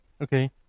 okay